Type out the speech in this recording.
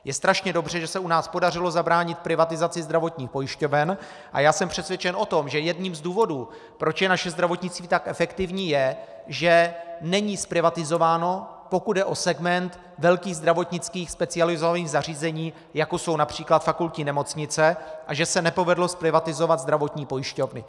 Je strašně dobře, že se u nás podařilo zabránit privatizaci zdravotních pojišťoven, a jsem přesvědčen o tom, že jedním z důvodů, proč je naše zdravotnictví tak efektivní, je, že není zprivatizováno, pokud jde o segment velkých zdravotnických specializovaných zařízení, jako jsou např. fakultní nemocnice, a že se nepovedlo zprivatizovat zdravotní pojišťovny.